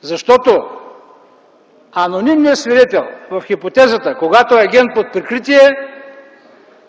защото анонимният свидетел в хипотезата, когато е агент под прикритие,